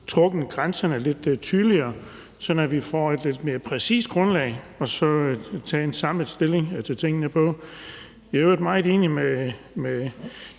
trukket grænserne lidt tydeligere, sådan at vi får et lidt mere præcist grundlag at tage en samlet stilling til tingene på. Jeg